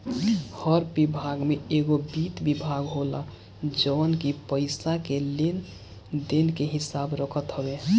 हर विभाग में एगो वित्त विभाग होला जवन की पईसा के लेन देन के हिसाब रखत हवे